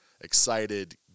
excited